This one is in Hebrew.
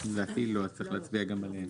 לדעתי לא, אז צריך להצביע גם עליהם.